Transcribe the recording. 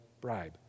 bribe